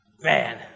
Man